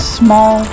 small